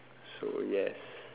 so yes